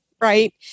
Right